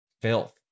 filth